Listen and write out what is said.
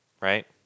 Right